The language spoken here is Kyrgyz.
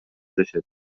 дешет